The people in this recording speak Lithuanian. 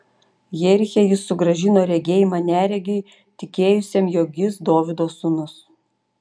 jeriche jis sugrąžino regėjimą neregiui tikėjusiam jog jis dovydo sūnus